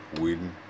win